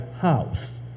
house